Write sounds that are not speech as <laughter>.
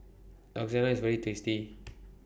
Lasagne IS very tasty <noise>